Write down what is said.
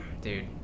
dude